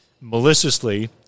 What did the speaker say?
maliciously